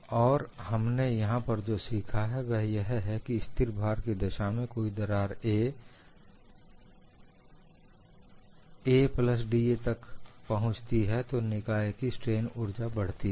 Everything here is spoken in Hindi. और हमने यहां पर जो सीखा है वह यह है कि स्थिर भार की दशा में जब कोई दरार 'a' to 'a plus da' तक पहुंचती है तो निकाय की स्ट्रेन ऊर्जा बढ़ती है